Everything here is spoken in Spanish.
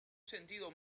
sentido